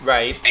Right